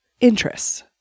interests